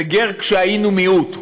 זה גר, כשהיינו מיעוט,